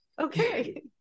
Okay